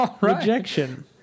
rejection